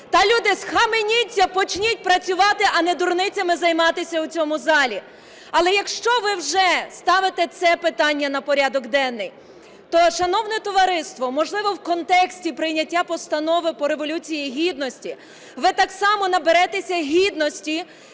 Та, люди, схаменіться, почніть працювати, а не дурницями займатися у цьому залі! Але якщо ви вже ставите це питання на порядок денний, то, шановне товариство, можливо, в контексті прийняття Постанови по Революції Гідності, ви так само наберетеся гідності